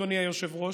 אדוני היושב-ראש,